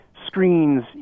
screens